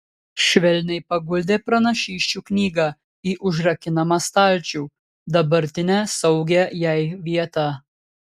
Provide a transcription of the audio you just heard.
švelniai paguldė pranašysčių knygą į užrakinamą stalčių dabartinę saugią jai vietą